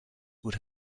would